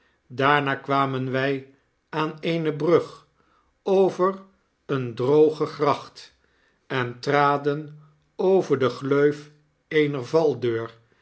daarna kwamen wy aan eene brug over eene droge gracht en traden over de gleuf eener valdeur